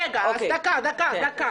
דקה, דקה.